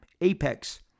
apex